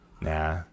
nah